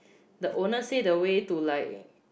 the owner say the way to like